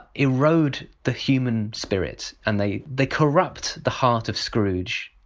erode the human spirit and they they corrupt the heart of scrooge.